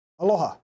Aloha